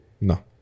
No